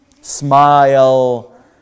smile